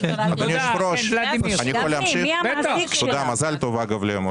אדוני היושב-ראש, מזל טוב אגב ליום הולדת.